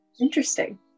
interesting